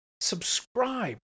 subscribe